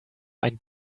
ein